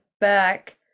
back